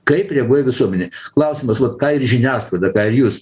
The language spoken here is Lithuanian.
kaip reaguoja visuomenė klausimas vat ką ir žiniasklaida per jus